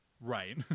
Right